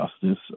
justice